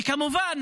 וכמובן,